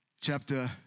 chapter